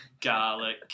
garlic